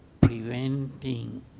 preventing